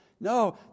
No